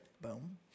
Boom